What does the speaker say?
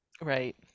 Right